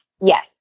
Yes